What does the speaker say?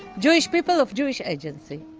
jewish people of jewish agency